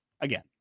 again